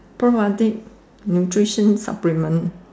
pro biotic nutrition supplement